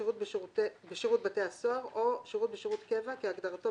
שירות בשירות בתי הסוהר או שירות בשירות קבע כהגדרתו